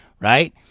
right